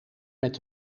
met